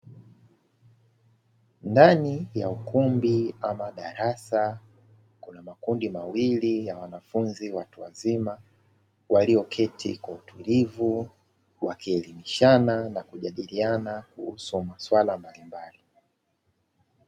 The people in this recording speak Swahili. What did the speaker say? Ndani ya ukumbi ama darasa kuna makundi mawili ya watu wazima walioketi kwa utulivu wakielimishana na kujadiliana kuhusu masuala mbalimbali.